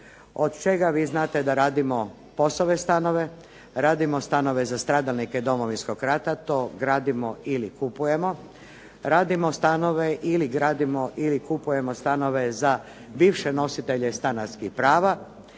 od čega vi znate da radimo POS-ove stanove, radimo stanove za stradalnike Domovinskog rata, to gradimo ili kupujemo, gradimo stanove ili kupujemo stanove za bivše nositelje stanarskih prava.